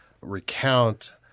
recount